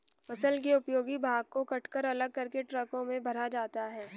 फसल के उपयोगी भाग को कटकर अलग करके ट्रकों में भरा जाता है